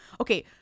Okay